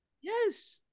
Yes